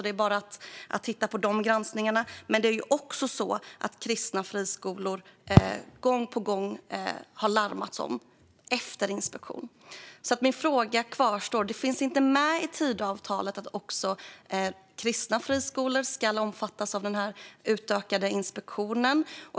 Det är bara att titta på de granskningarna. Men det är också så att det gång på gång har larmats om kristna friskolor efter inspektion. Min fråga kvarstår. Det finns inte med i Tidöavtalet att även kristna friskolor ska omfattas av de utökade inspektionerna.